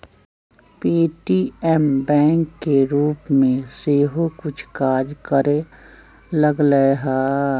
Paytm bank के रूप में सेहो कुछ काज करे लगलै ह